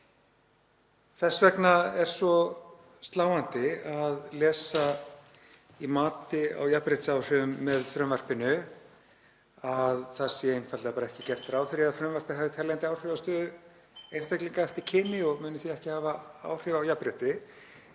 Þess vegna er svo sláandi að lesa í mati á jafnréttisáhrifum með frumvarpinu að það sé einfaldlega ekki gert ráð fyrir að frumvarpið hafi teljandi áhrif á stöðu einstaklinga eftir kyni og muni því ekki hafa áhrif á jafnrétti,